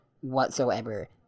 whatsoever